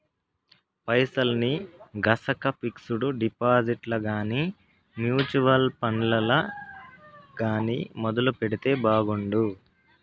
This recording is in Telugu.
పైసల్ని గనక పిక్సుడు డిపాజిట్లల్ల గానీ, మూచువల్లు ఫండ్లల్ల గానీ మదుపెడితే బాగుండు